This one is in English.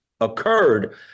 occurred